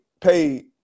paid